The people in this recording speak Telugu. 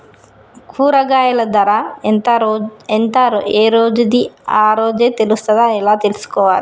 కూరగాయలు ధర ఎంత ఏ రోజుది ఆ రోజే తెలుస్తదా ఎలా తెలుసుకోవాలి?